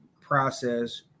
process